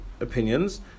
opinions